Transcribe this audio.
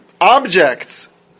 objects